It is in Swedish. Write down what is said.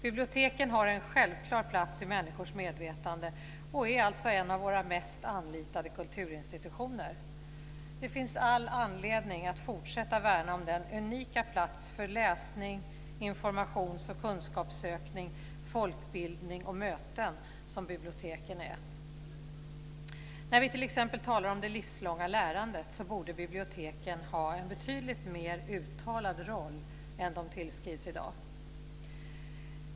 Biblioteken har en självklar plats i människors medvetande och är alltså en av våra mest anlitade kulturinstitutioner. Det finns all anledning att fortsätta värna om den unika plats för läsning, informations och kunskapssökning, folkbildning och möten som biblioteken är. När vi t.ex. talar om det livslånga lärandet borde biblioteken ha en betydligt mer uttalad roll än de tillskrivs i dag.